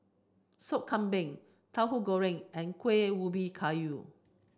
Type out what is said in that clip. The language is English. Sop Kambing Tahu Goreng and Kuih Ubi Kayu